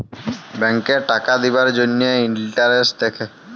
ব্যাংকে টাকা দিবার জ্যনহে ইলটারেস্ট দ্যাখে